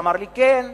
אמר לי: כן.